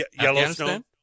Yellowstone